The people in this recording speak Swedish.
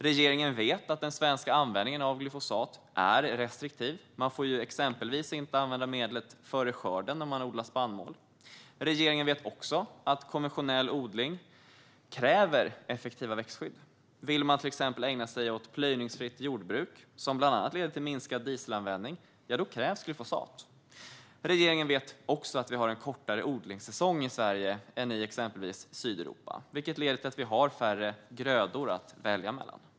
Regeringen vet att den svenska användningen av glyfosat är restriktiv. Man får exempelvis inte använda medlet före skörden när man odlar spannmål. Regeringen vet också att konventionell odling kräver effektiva växtskydd. Vill man till exempel ägna sig åt plöjningsfritt jordbruk, som bland annat leder till minskad dieselanvändning, krävs glyfosat. Regeringen vet också att vi har en kortare odlingssäsong i Sverige än i exempelvis Sydeuropa, vilket leder till att vi har färre grödor att välja mellan.